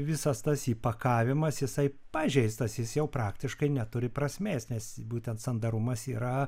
visas tas įpakavimas jisai pažeistas jis jau praktiškai neturi prasmės nes būtent sandarumas yra